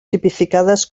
tipificades